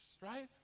right